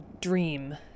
dream